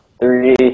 three